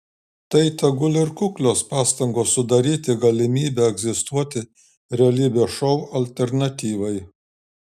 tai tegul ir kuklios pastangos sudaryti galimybę egzistuoti realybės šou alternatyvai